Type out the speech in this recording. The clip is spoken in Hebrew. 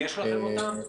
יש לכם אותם?